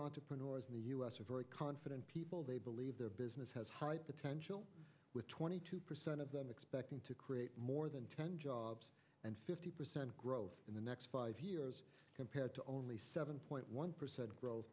entrepreneurs in the us are very confident people they believe their business has high potential with twenty two percent of them expecting to create more than ten jobs and fifty percent growth in the next five years compared to only seven point one percent growth